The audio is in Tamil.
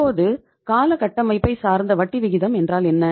இப்போது கால கட்டமைப்பைச் சார்ந்த வட்டி விகிதம் என்றால் என்ன